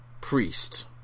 Priest